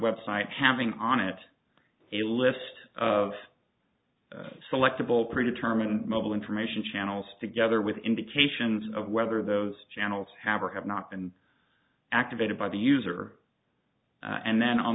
website having on it a list of selectable pre determined mobile information channels together with indications of whether those channels have or have not been activated by the user and then on